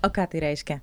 o ką tai reiškia